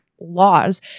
laws